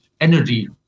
energy